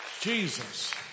Jesus